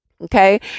okay